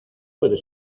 puede